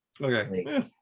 okay